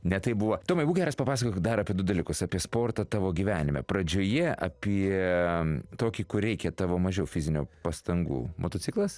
ne taip buvo tomai būk geras papasakok dar apie du dalykus apie sportą tavo gyvenime pradžioje apie tokį kur reikia tavo mažiau fizinių pastangų motociklas